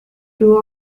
two